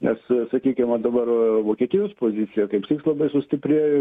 nes sakykim va dabar vokietijos pozicija kaip tik labai sustiprėjo